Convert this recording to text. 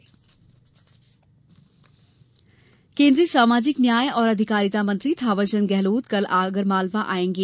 गेहलोत केन्द्रीय सामाजिक न्याय और अधिकारिता मंत्री थावरचंद गेहलोत कल आगरमालवा आएगें